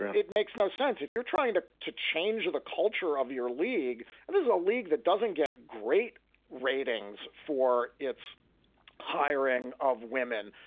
it makes no sense if you're trying to to change the culture of your league. there's a league that doesn't get great ratings for its hiring of women.